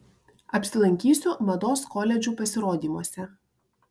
apsilankysiu mados koledžų pasirodymuose